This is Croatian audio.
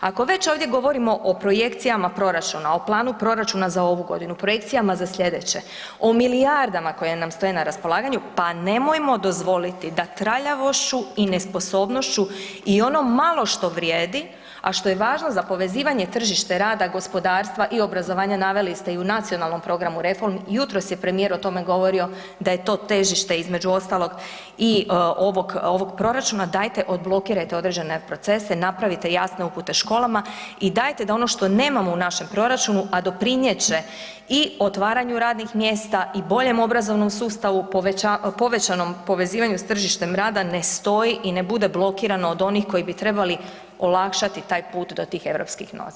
Ako već ovdje govorimo o projekcijama proračuna, o planu proračuna za ovu godinu, projekcijama za slijedeće, o milijardama koje nam stoje na raspolaganju, pa nemojmo dozvoliti da traljavošću i nesposobnošću i ono malo što vrijedi, a što je važno za povezivanje tržište rada, gospodarstva i obrazovanja, naveli ste i u Nacionalnom programu reformu, jutros je premijer o tome govorio da je to težište između ostalog i ovog, ovog proračuna, dajte odblokirajte određene procese, napravite jasne upute školama i dajte da ono što nemamo u našem proračunu, a doprinjet će i otvaranju radnih mjesta i boljem obrazovnom sustavu, povećanom povezivanju s tržištem rada, ne stoji i ne bude blokirano od onih koji bi trebali olakšati taj put do tih europskih novaca.